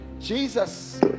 Jesus